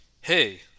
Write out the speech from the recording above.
Hey